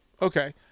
Okay